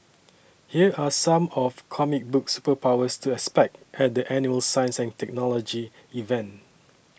here are some of comic book superpowers to expect at the annual science and technology event